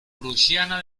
prusiana